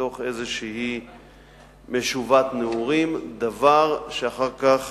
מתוך איזו משובת נעורים, דבר שאחר כך